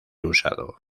usado